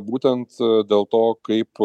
būtent dėl to kaip